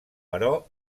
però